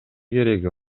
кереги